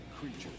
creatures